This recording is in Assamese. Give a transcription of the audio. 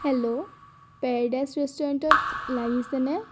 হেল্ল' পেৰেডাইছ ৰেষ্টুৰেণ্টত লাগিছেনে